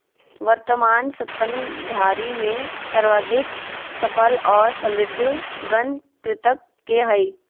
वर्तमान स्तनधारी में सर्वाधिक सफल और समृद्ध गण कृंतक के हइ